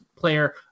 player